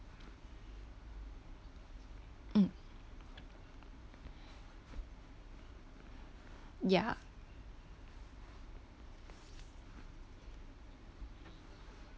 mm ya